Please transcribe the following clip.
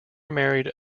married